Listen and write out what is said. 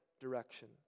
direction